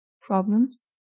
problems